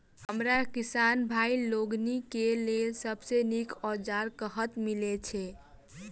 हमरा किसान भाई लोकनि केँ लेल सबसँ नीक औजार कतह मिलै छै?